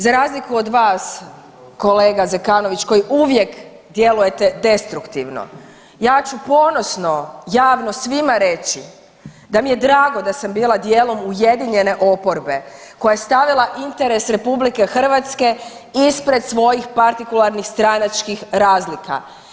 Za razliku od vas kolega Zekanović koji uvijek djelujete destruktivno, ja ću ponosno javno svima reći da mi je drago da sam bila dijelom ujedinjene oporbe koja je stavila interes RH ispred svojim partikularnih stranačkih razlika.